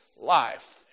life